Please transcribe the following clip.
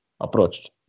approached